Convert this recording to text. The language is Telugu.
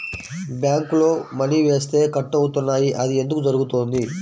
బ్యాంక్లో మని వేస్తే కట్ అవుతున్నాయి అది ఎందుకు జరుగుతోంది?